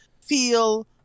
feel